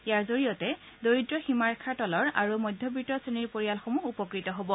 ইয়াৰ জৰিয়তে দৰিদ্ৰ সীমাৰেখাৰ তলৰ আৰু মধ্যবিত্ত শ্ৰেণীৰ পৰিয়ালসমূহ উপকৃত হ'ব